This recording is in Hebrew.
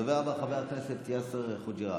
הדובר הבא, חבר הכנסת יאסר חוג'יראת,